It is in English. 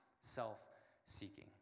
self-seeking